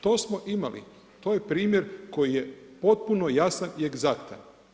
To smo imali, to je primjer koji je potpuno jasan i egzaktan.